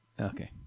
Okay